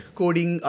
coding